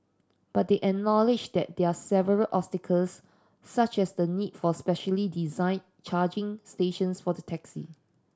but they acknowledged that there're several obstacles such as the need for specially designed charging stations for the taxi